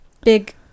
big